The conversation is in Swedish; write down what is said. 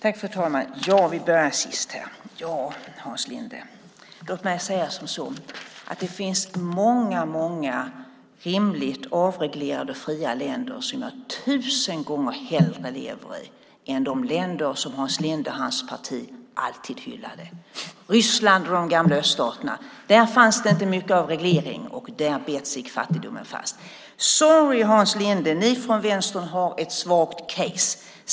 Fru talman! Jag börjar med det sistnämnda. Ja, Hans Linde, låt mig säga att det finns väldigt många rimligt avreglerade fria länder som jag tusen gånger hellre lever i än jag lever i de länder som Hans Linde och hans parti alltid hyllade. I Ryssland och de gamla öststaterna fanns det inte mycket av reglering. Där bet sig fattigdomen fast. Sorry, Hans Linde, ni i Vänstern har ett svagt case.